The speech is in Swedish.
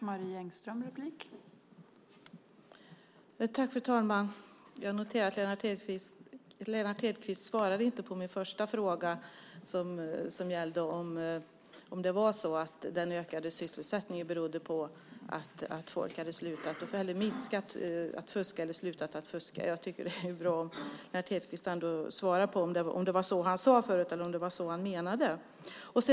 Fru talman! Jag noterar att Lennart Hedquist inte svarade på min första fråga som gällde om den ökade sysselsättningen berodde på att folk hade slutat fuska eller fuskade mindre. Det vore bra om Lennart Hedquist kunde svara på det, alltså om det var så han sade eller menade.